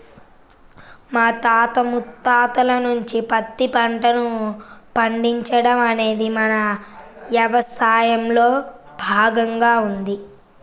మన తాత ముత్తాతల నుంచే పత్తి పంటను పండించడం అనేది మన యవసాయంలో భాగంగా ఉన్నది